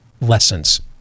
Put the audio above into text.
lessons